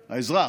האזרח,